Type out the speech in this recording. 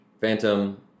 Phantom